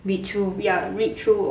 read through